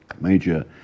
major